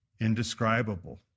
Indescribable